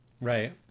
Right